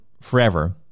forever